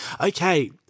Okay